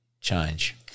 change